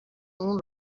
اون